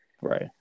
Right